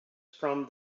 from